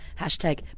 Hashtag